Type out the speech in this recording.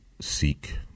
seek